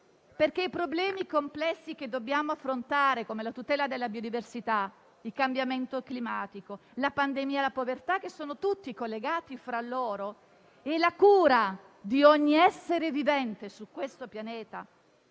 i problemi complessi che dobbiamo affrontare (tutela della biodiversità, cambiamento climatico, pandemia e povertà - temi tutti collegati fra loro - e la cura di ogni essere vivente su questo pianeta)